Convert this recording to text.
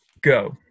Go